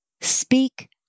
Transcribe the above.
speak